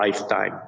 lifetime